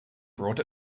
brought